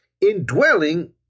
indwelling